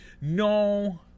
No